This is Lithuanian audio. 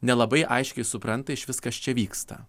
nelabai aiškiai supranta išvis kas čia vyksta